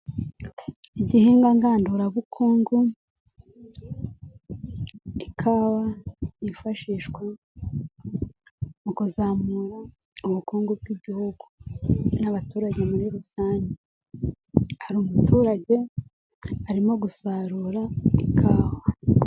Igihingwa ngandura bukungu ikawa yifashishwa mu kuzamura ubukungu bw'igihugu n'abaturage muri rusange, hari umuturage arimo gusarura ikawa.